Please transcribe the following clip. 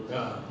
ya